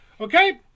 Okay